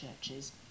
churches